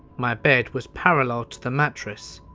my bed was parallel to the mattress,